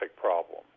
problem